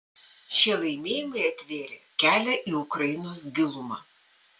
šie laimėjimai atvėrė kelią į ukrainos gilumą